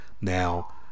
now